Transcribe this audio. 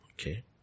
Okay